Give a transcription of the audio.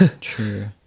true